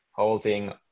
Holding